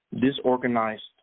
Disorganized